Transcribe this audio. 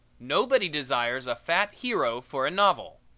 nobody desires a fat hero for a novel.